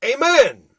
Amen